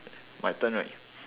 my turn right